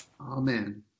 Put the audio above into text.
Amen